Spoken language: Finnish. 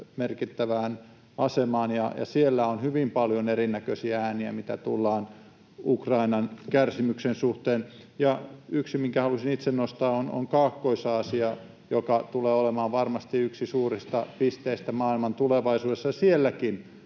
merkittävään asemaan, ja siellä on hyvin paljon erinäköisiä ääniä, mitä tulee Ukrainan kärsimykseen. Ja yksi, minkä haluaisin itse nostaa, on Kaakkois-Aasia, joka tulee olemaan varmasti yksi suurista pisteistä maailman tulevaisuudessa, ja sielläkin